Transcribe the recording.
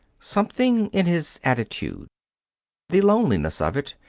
something in his attitude the loneliness of it,